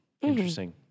Interesting